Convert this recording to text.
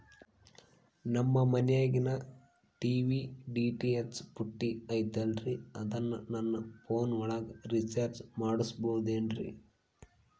ನಮ್ಮ ಮನಿಯಾಗಿನ TV DTH ಪುಟ್ಟಿ ಐತಲ್ರೇ ಅದನ್ನ ನನ್ನ ಪೋನ್ ಒಳಗ ರೇಚಾರ್ಜ ಮಾಡಸಿಬಹುದೇನ್ರಿ?